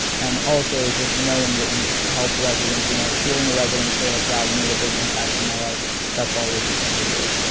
and also, just knowing that you help residents you know. hearing a resident say like wow, you made a big impact on my life that's always its own reward.